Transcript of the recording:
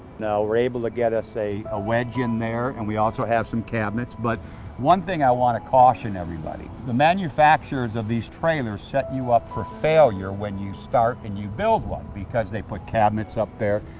now we're able to get us a ah wedge in there and we also have some cabinets. but one thing i want to caution everybody the manufacturers of these trailers set you up for failure when you start, and you build one because they put cabinets up there.